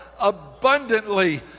abundantly